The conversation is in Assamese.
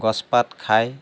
গছপাত খায়